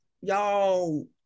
Y'all